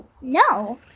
No